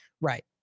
right